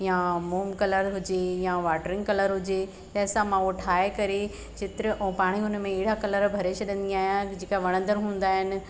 या मोम कलर हुजे या वाटरींग कलर हुजे जंहिंसां मां उहो ठाहे करे चित्र ऐं पाणेई हुन में अहिड़ा कलर भरे छॾिंदी आहियां की जेका वड़ंदर हूंदा आहिनि